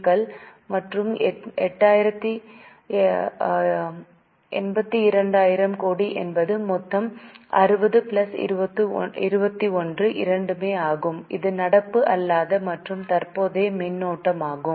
க்கள் மற்றும் 82000 கோடி என்பது மொத்தம் 60 பிளஸ் 21 இரண்டுமே ஆகும் இது நடப்பு அல்லாத மற்றும் தற்போதைய மின்னோட்டமாகும்